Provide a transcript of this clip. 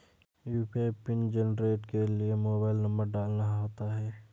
UPI pin generate के लिए mobile number डालना होता है